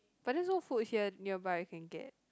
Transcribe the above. but there's no food here nearby you can get